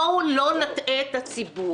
בואו לא נטעה את הציבור.